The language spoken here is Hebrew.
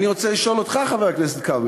אני רוצה לשאול אותך, חבר הכנסת כבל: